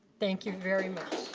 thank you very much.